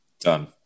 done